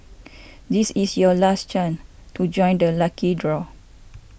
this is your last chance to join the lucky draw